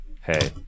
hey